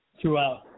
throughout